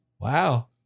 Wow